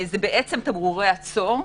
זה בעצם תמרורי עצור,